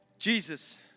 Jesus